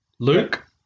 Luke